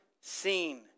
seen